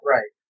Right